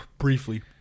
Briefly